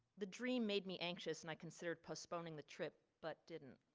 the dream made me anxious and i considered postponing the trip but didn't.